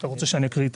תכף אני אקריא את